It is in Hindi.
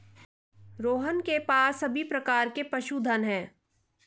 रोहन के पास सभी प्रकार के पशुधन है